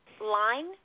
line